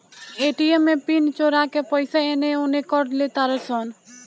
ATM में PIN चोरा के पईसा एने ओने कर लेतारे सन